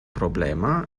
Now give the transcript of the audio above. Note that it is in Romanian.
problema